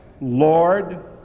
Lord